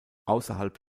außerhalb